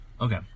Okay